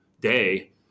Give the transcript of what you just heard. day